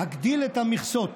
להגדיל את המכסות